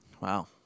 wow